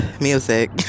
Music